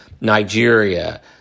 Nigeria